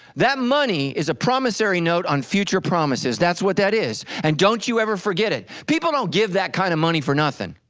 that money is a promissory note on future promises that's what that is, and don't you ever forget it, people don't give that kind of money for nothing.